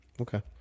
Okay